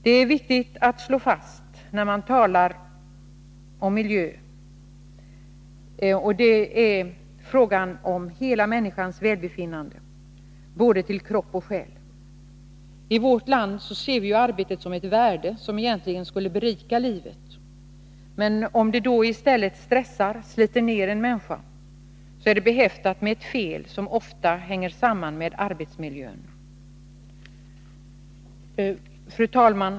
När man talar om arbetsmiljö är det viktigt att man slår fast att det är fråga om hela människans välbefinnande, både till kropp och till själ. I vårt land ser vi arbetet som ett värde, som egentligen skall berika livet. Om det i stället stressar och sliter ner en människa, är det behäftat med ett fel som ofta hänger samman med arbetsmiljön. Fru talman!